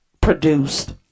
produced